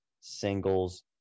singles